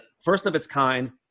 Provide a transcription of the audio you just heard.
first-of-its-kind